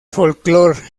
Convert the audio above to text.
folclore